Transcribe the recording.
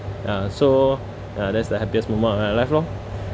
ya so ya that's the happiest moment of my life loh